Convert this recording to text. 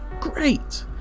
great